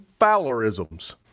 Fowlerisms